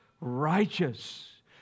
righteous